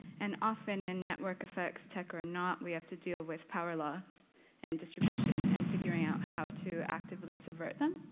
and often in network effects, tech or not, we have to deal with power laws and distribution and figuring out how to actively subvert them.